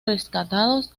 rescatados